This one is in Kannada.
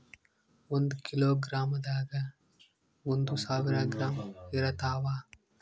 ಒಂದ್ ಕಿಲೋಗ್ರಾಂದಾಗ ಒಂದು ಸಾವಿರ ಗ್ರಾಂ ಇರತಾವ